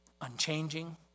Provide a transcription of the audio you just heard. unchanging